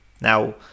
now